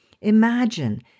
Imagine